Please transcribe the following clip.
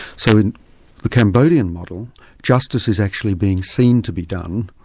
so in the cambodian model justice is actually being seen to be done,